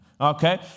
Okay